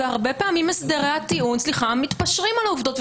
והרבה פעמים הסדרי הטיעון מתפשרים על העובדות.